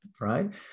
right